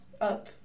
up